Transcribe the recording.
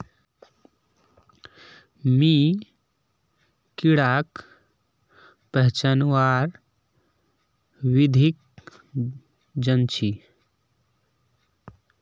मी कीडाक पहचानवार विधिक जन छी